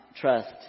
trust